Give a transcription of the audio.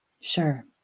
Sure